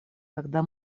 когда